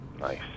Nice